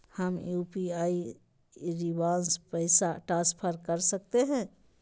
हम यू.पी.आई शिवांश पैसा ट्रांसफर कर सकते हैं?